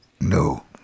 No